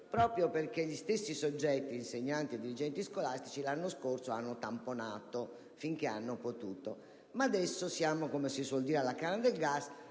proprio perché gli stessi soggetti (insegnanti e dirigenti scolastici) l'anno scorso hanno tamponato finché hanno potuto. Ma adesso, come si suol dire, siamo alla canna del gas: